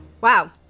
Wow